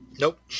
Nope